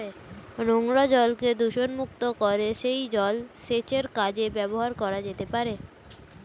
নোংরা জলকে দূষণমুক্ত করে সেই জল সেচের কাজে ব্যবহার করা যেতে পারে